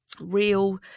real